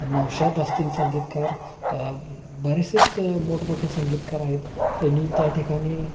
नौशाद असतील संगीतकार बरेचसेच मोठमोठे संगीतकार आहेत त्यांनी त्या ठिकाणी